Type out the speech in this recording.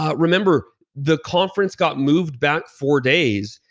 ah remember the conference got moved back four days.